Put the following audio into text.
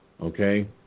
okay